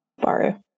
Baru